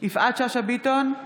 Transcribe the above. יפעת שאשא ביטון,